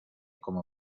como